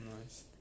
Nice